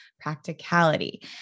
practicality